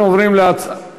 אנחנו עוברים להצבעה.